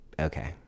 okay